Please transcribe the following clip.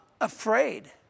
afraid